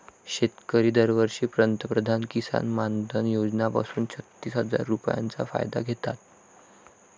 शेतकरी दरवर्षी पंतप्रधान किसन मानधन योजना पासून छत्तीस हजार रुपयांचा फायदा घेतात